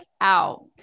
out